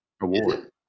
award